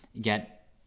get